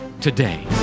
today